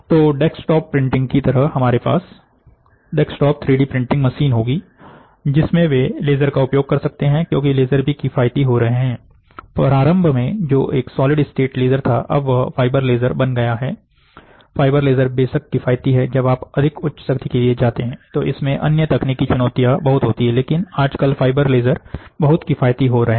तो desktop printing की तरह हमारे पास डेस्कटॉप 3डी प्रिंटिंग मशीन होंगी जिसमें वे लेजर का उपयोग कर सकते हैं क्योंकि लेजर भी किफायती हो रहे हैं प्रारंभ में जो एक सॉलिड स्टेट लेजर था अब वह एक फाइबर लेजर बन गया है फाइबर लेजर बेशक किफायती है जब आप अधिक उच्च शक्ति के लिए जाते हैं तो इसमें अन्य तकनीकी चुनौतियां बहुत होती हैं लेकिन आजकल फाइबर लेजर बहुत किफायती हो रहे हैं